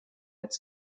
als